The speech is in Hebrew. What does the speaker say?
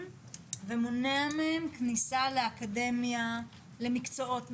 ומונע מהם כניסה לאקדמיה למקצועות נחשקים,